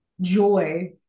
joy